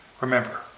Remember